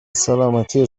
سلامتی